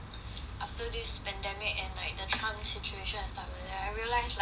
after this pandemic and like the trump situation and stuff like that right I realised like